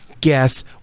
guess